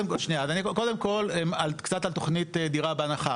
קודם כל קצת על תכנית דירה בהנחה,